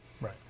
Right